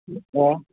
अ